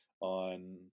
on